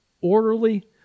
orderly